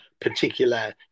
particular